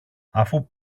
αφού